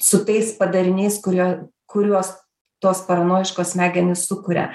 su tais padariniais kurie kuriuos tos paranojiškos smegenys sukuria